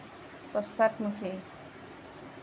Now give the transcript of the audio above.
পশ্চাদমুখী